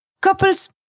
couples